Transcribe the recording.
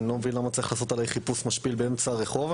אני לא מבין למה צריך לעשות עליי חיפוש משפיל באמצע הרחוב.